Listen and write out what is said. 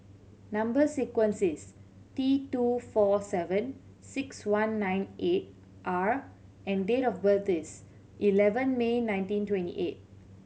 number sequence is T two four seven six one nine eight R and date of birth is eleven May nineteen twenty eight